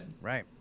Right